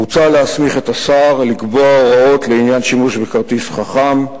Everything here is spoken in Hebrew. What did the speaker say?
מוצע להסמיך את השר לקבוע הוראות לעניין שימוש בכרטיס חכם,